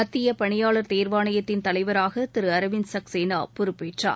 மத்திய பணியாளர் தேர்வாணையத்தின் தலைவராக திரு அரவிந்த் சக்சேனா பொறுப்பேற்றார்